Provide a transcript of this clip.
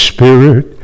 Spirit